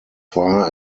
far